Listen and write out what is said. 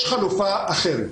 יש חלופה אחרת,